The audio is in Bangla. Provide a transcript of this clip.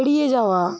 এড়িয়ে যাওয়া